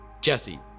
Jesse